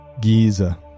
Giza